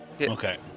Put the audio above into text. Okay